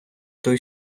той